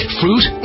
fruit